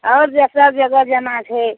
आओर जे सब जगह जाना छै